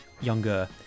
younger